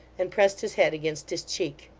and pressed his head against his cheek.